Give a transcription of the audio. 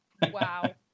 Wow